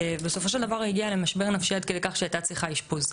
בסופו של דבר היא הגיעה למשבר נפשי עד כדי כך שהיא הייתה צריכה אשפוז.